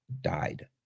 died